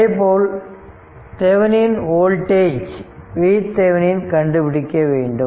அதேபோல் தெவனின் voltage VThevenin கண்டுபிடிக்க வேண்டும்